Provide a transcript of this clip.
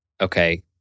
okay